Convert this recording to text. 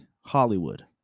Hollywood